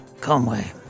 conway